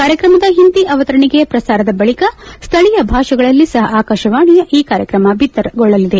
ಕಾರ್ಯಕ್ರಮದ ಹಿಂದಿ ಅವತರಣಿಕೆಯ ಪ್ರಸಾರದ ಬಳಿಕ ಸ್ವಳೀಯ ಭಾಷೆಗಳಲ್ಲಿ ಸಹ ಆಕಾಶವಾಣಿ ಈ ಕಾರ್ಯಕ್ರಮ ಬಿತ್ತರಗೊಳಿಸಲಿದೆ